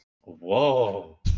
whoa